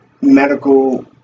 medical